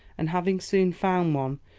and having soon found one,